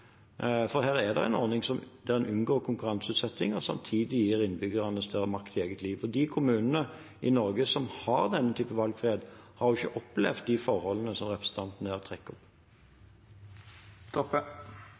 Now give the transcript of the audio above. For her er det en ordning der en unngår konkurranseutsetting og samtidig gir innbyggerne større makt i eget liv. De kommunene i Norge som har denne typen valgfrihet, har ikke opplevd de forholdene som representanten her trekker